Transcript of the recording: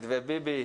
מתווה ביבי.